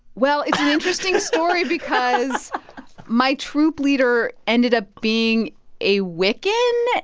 well. it's an interesting story because my troop leader ended up being a wiccan.